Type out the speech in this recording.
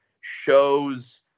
shows